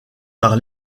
par